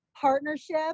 partnership